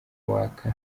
uwaka